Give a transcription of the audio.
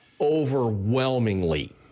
Overwhelmingly